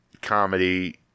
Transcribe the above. comedy